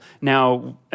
Now